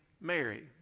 Mary